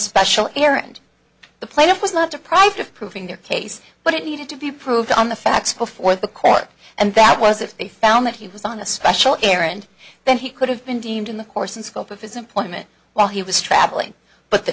special errand the plaintiff was not deprived of proving their case but it needed to be proved on the facts before the court and that was if they found that he was on a special errand then he could have been deemed in the course and scope of his employment while he was traveling but the